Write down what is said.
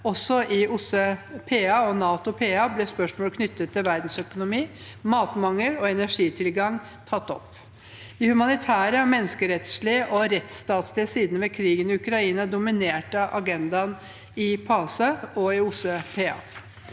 Også i OSSE PA og NATO PA ble spørsmål knyttet til verdensøkonomi, matmangel og energitilgang tatt opp. De humanitære, menneskerettslige og rettsstatlige sidene ved krigen i Ukraina dominerte agendaen i PACE og OSSE PA.